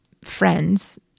friends